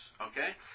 Okay